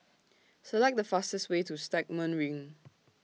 Select The fastest Way to Stagmont Ring